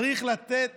צריך לתת